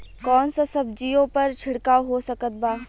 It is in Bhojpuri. कौन सा सब्जियों पर छिड़काव हो सकत बा?